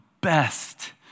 best